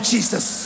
Jesus